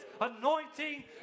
anointing